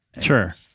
sure